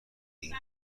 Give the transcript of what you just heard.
ایم